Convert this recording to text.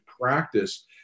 practice